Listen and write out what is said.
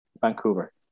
Vancouver